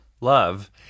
Love